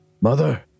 Mother